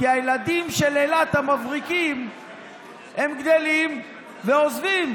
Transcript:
כי הילדים המבריקים של אילת גדלים ועוזבים.